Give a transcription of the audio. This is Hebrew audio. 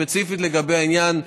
ספציפית לגבי העניין,